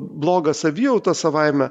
blogą savijautą savaime